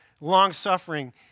long-suffering